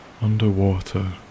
underwater